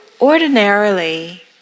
ordinarily